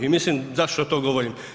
I mislim zašto to govorim?